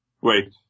Wait